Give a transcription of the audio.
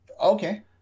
okay